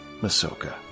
Masoka